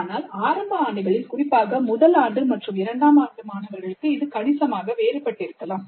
ஆனால் ஆரம்ப ஆண்டுகளில் குறிப்பாக முதல் ஆண்டு மற்றும் இரண்டாம் ஆண்டு மாணவர்களுக்கு இது கணிசமாக வேறுபட்டிருக்கலாம்